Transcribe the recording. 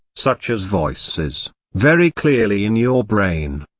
such as voices, very clearly in your brain.